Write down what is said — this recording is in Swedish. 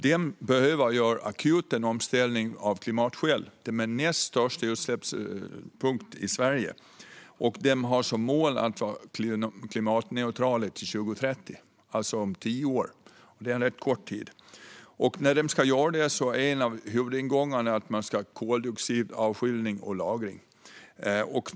De behöver akut göra en omställning av klimatskäl. De står för den näst största utsläppspunkten i Sverige och har som mål att vara klimatneutrala till 2030, alltså om tio år. Det är en rätt kort tid. När de ska göra det är en av huvudingångarna att de ska ha koldioxidavskiljning och lagring.